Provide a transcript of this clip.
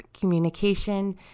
communication